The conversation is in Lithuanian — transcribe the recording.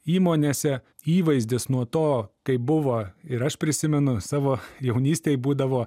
įmonėse įvaizdis nuo to kaip buvo ir aš prisimenu savo jaunystėj būdavo